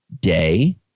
day